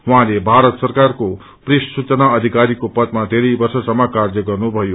उहाँले पारत सरकारको प्रेस सूचना अविकरीको पदामा वेरै वर्षसम्म कार्य गर्नुभयो